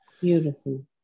Beautiful